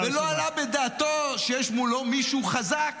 -- ולא עלה בדעתו שיש מולו מישהו חזק